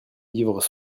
livres